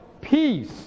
peace